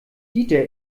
dieter